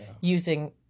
using